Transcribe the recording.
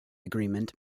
agreement